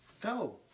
Go